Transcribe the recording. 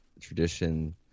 tradition